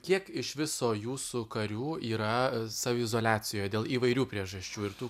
kiek iš viso jūsų karių yra saviizoliacijoj dėl įvairių priežasčių ir tų